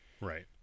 right